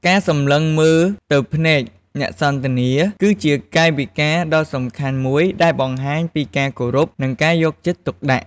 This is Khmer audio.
ការសម្លឹងមើលទៅភ្នែកអ្នកសន្ទនា គឺជាកាយវិការដ៏សំខាន់មួយដែលបង្ហាញពីការគោរព និងការយកចិត្តទុកដាក់។